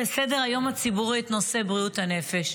סדר-היום הציבורי את נושא בריאות הנפש.